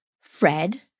Fred